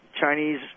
Chinese